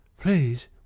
Please